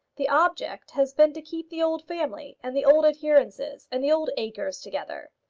the object has been to keep the old family, and the old adherences, and the old acres together.